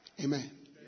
Amen